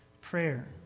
prayer